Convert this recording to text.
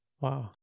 Wow